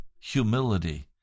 humility